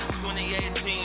2018